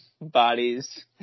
bodies